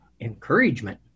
encouragement